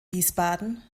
wiesbaden